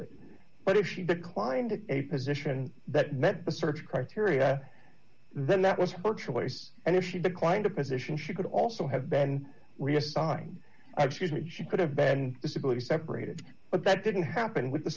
it but if she declined a position that met the search criteria then that was her choice and if she declined a position she could also have been reassigned actually that she could have been disability separated but that didn't happen with the